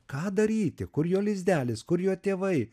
ką daryti kur jo lizdelis kur jo tėvai